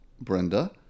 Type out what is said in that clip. Brenda